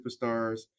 Superstars